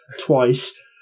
Twice